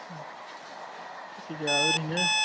जेखि जाया ओरैनो